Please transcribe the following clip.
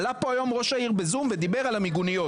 עלה פה היום ראש העיר בזום ודיבר על המיגוניות.